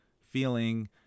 feeling